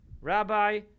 Rabbi